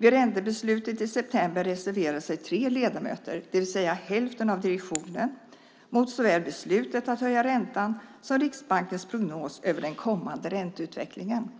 Vid räntebeslutet i september reserverade sig tre ledamöter, det vill säga hälften av direktionen, mot såväl beslutet att höja räntan som Riksbankens prognos över den kommande ränteutvecklingen.